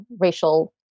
racial